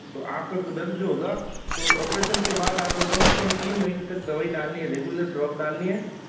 तो आप का दर्द जो होगा तो ऑपरेशन के बाद आप को कम से कम तीन महीने तक दवाई डालनी है रेगुलर ड्रॉप डालनी है